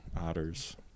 otters